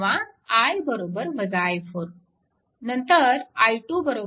किंवा I i4